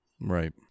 right